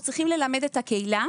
אנחנו צריכים ללמד את הקהילה